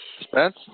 Spence